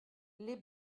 les